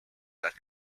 that